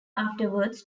afterwards